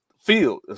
field